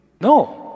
No